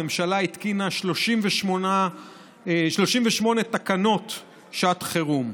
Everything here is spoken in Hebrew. והממשלה התקינה 38 תקנות שעת חירום.